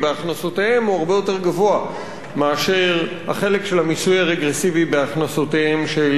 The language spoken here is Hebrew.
גבוה מאשר החלק של המיסוי הרגרסיבי בהכנסותיהם של העשירים.